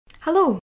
Hello